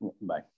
bye